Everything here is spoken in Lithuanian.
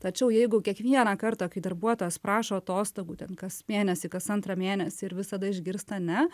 tačiau jeigu kiekvieną kartą kai darbuotojas prašo atostogų ten kas mėnesį kas antrą mėnesį ir visada išgirsta ne